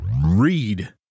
read